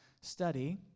study